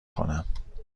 کنم